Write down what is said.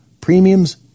premiums